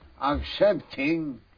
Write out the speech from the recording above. accepting